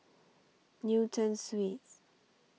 Newton Suites